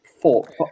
four